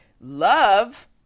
love